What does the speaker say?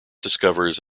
discovers